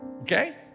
Okay